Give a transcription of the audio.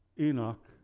Enoch